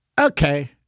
Okay